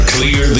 Clear